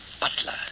butler